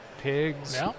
pigs